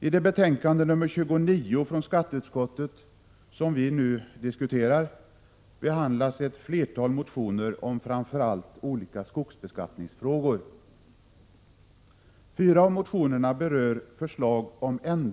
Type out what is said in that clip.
I det betänkande, nr 29 från skatteutskottet, som vi nu diskuterar behandlas ett flertal motioner om framför allt olika skogsbeskattningsfrågor.